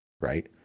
right